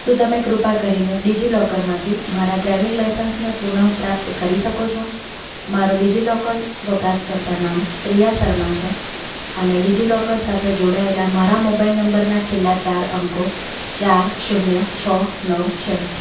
શું તમે કૃપા કરીને ડિજિલોકરમાંથી મારા ડ્રાઇવિંગ લાયસન્સને પુન પ્રાપ્ત કરી શકો છો મારો ડિજિલોકર વપરાશકર્તા નામ પ્રિયા શર્મા છે અને ડિજિલોકર સાથે જોડાયેલા મારા મોબાઈલ નંબરના છેલ્લા ચાર અંકો ચાર શૂન્ય છ નવ છે